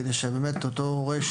כדי שאותו הורה,